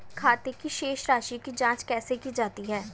खाते की शेष राशी की जांच कैसे की जाती है?